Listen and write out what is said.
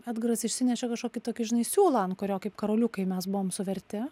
edgaras išsinešė kažkokį tokį žinai siūlą ant kurio kaip karoliukai mes buvom suverti